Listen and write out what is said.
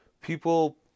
People